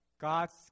God's